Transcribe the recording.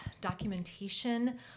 documentation